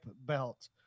belt